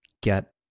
get